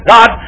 God